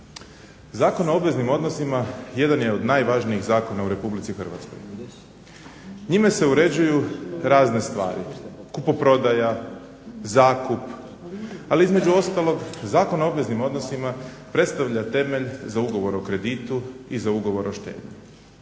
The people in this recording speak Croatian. Zakon o obveznim odnosima jedan je od najvažnijih zakona u RH. Njime se uređuju razne stvari, kupoprodaja, zakup, ali između ostalog Zakon o obveznim odnosima predstavlja temelj za ugovor o kreditu i za ugovor o štednji.